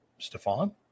Stefan